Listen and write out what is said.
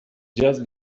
just